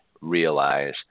realize